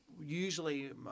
usually